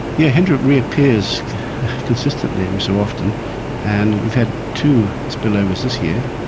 yeah hendra reappears consistently every so often and we've had two spill-overs this year,